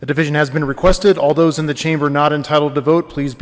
the division has been requested all those in the chamber not entitled to vote please